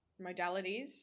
modalities